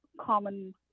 common